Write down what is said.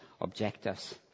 objectives